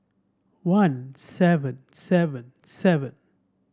one seven seven seven